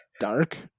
dark